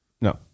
No